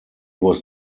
was